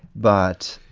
but,